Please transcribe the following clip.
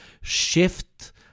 shift